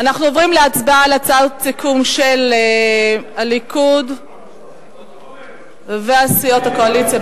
אנחנו עוברים להצבעה על הצעות הסיכום של הליכוד וסיעות הקואליציה.